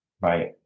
Right